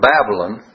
Babylon